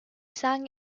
sang